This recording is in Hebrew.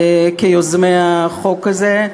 כיוזמי החוק הזה.